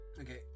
Okay